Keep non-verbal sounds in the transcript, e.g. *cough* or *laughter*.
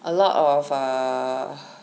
a lot of err *breath*